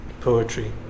poetry